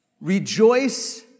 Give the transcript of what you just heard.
rejoice